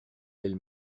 elle